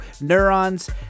neurons